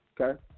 Okay